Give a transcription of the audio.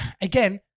again